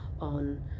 on